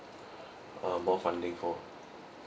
uh more funding for